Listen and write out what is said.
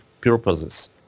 purposes